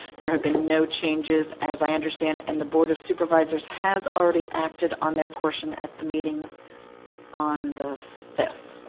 there have been no changes, as i understand. and the board of supervisors has already acted on their portion at the meeting on the fifth.